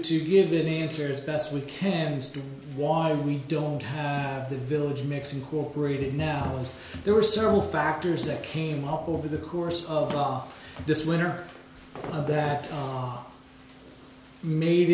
to give any answers best we can use to why we don't have the village mix incorporated now as there were several factors that came up over the course of this winter that made